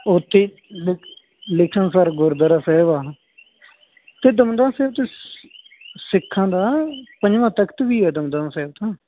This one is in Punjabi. ਉੱਥੇ ਲਿਖਣਸਰ ਗੁਰਦੁਆਰਾ ਸਾਹਿਬ ਆ ਅਤੇ ਦਮਦਮਾ ਸਾਹਿਬ ਤੁਸ ਸਿੱਖਾਂ ਦਾ ਪੰਜਵਾਂ ਤਖ਼ਤ ਵੀ ਆ ਦਮਦਮਾ ਸਾਹਿਬ ਤਾਂ